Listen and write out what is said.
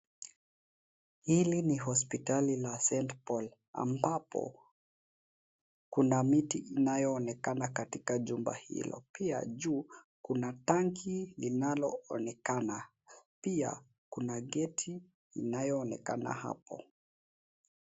Hili ni hospitali la St Paul .Ambapo Kuna miti inayo onekana katika jumba hilo. Pia juu kuna tanki inalo onekana, Pia kuna geti inayo onekana hapo.